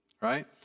right